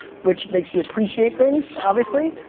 which makes you appreciate things, obviously.